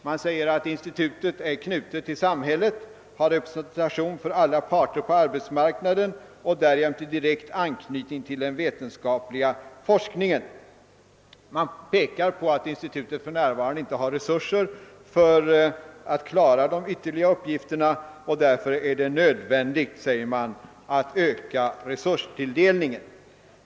Man säger att institutet är knutet till samhället, har representation för alla parter på arbetsmarknaden och är därjämte direkt anknutet till den vetenskapliga forskningen. Man pekar på att institutet för närvarande inte har resurser för att klara de ytterligare upp gifterna, och därför är det nödvändigt, säger man, att öka tilldelningen av resurser.